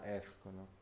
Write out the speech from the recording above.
escono